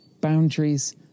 Boundaries